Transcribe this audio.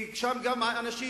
כי יש שם אנשים,